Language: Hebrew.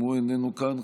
גם הוא איננו כאן.